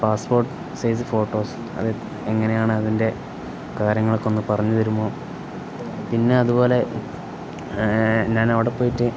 passport size photos അത് എങ്ങനെയാണ് അതിൻ്റെ കാര്യങ്ങളൊക്കെ ഒന്നു പറഞ്ഞു തരുമോ പിന്നെ അതുപോലെ ഞാൻ അവിടെ പോയിട്ട്